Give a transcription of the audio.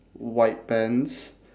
white pants